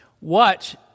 Watch